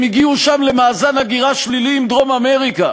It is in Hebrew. הם הגיעו שם למאזן הגירה שלילי עם דרום-אמריקה,